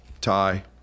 tie